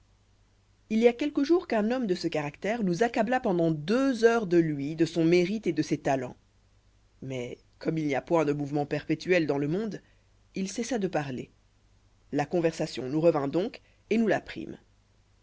il y a quelques jours qu'un homme de ce caractère nous accabla pendant deux heures de lui de son mérite et de ses talents mais comme il n'y a point de mouvement perpétuel dans le monde il cessa de parler la conversation nous revint donc et nous la prîmes